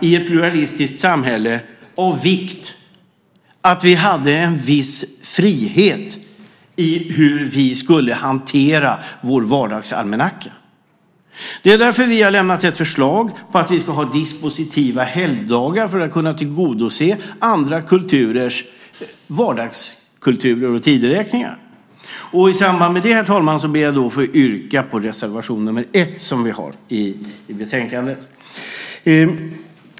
I ett pluralistiskt samhälle är det av vikt att man har en viss frihet när det gäller hur man hanterar sin vardagsalmanacka. Därför har vi lagt fram ett förslag om dispositiva helgdagar, för att vi ska kunna tillgodose andra kulturers vardagskultur och tideräkningar. Därför vill jag nu yrka bifall till reservation 1.